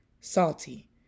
salty